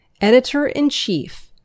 Editor-in-Chief